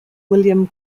william